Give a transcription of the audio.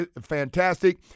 fantastic